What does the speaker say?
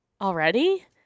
Already